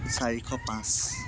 চাৰিশ পাঁচ